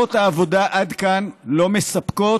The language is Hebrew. תוצאות העבודה עד כאן לא מספקות,